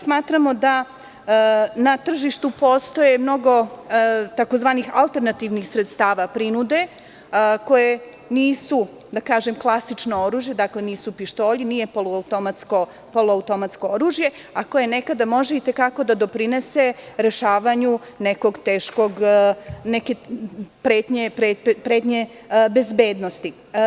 Smatramo da na tržištu postoji mnogo tzv. alternativnih sredstava prinude, koji nisu klasično oružje, dakle, nisu pištolji, nije poloautomatsko oružje, a koje nekada može i te kako da doprinese rešavanju neke pretnje bezbednosti.